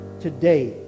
today